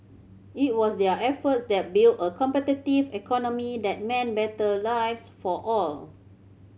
it was their efforts that built a competitive economy that meant better lives for all